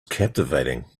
captivating